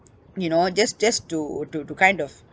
you know just just to to to kind of